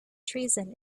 treason